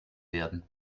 werden